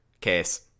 Case